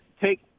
take –